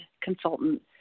consultant